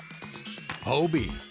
Hobie